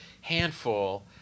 handful